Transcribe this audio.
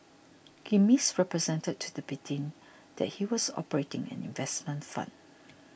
he misrepresented to the victim that he was operating an investment fund